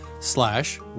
slash